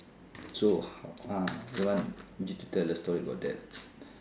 so ho~ ah they want you to tell a story about that